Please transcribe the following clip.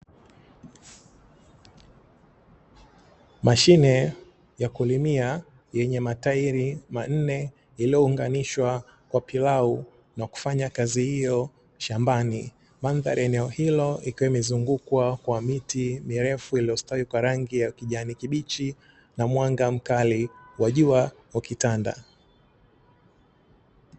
Mashine ya kulimia yenye matairi minne, iliyounganishwa kwa pilau na kufanya kazi hiyo shambani, mandhari eneo hilo ikiwa imezungukwa kwa miti mirefu iliyostawi kwa rangi ya kijani kibichi, na mwanga mkali wa jua ukitanda.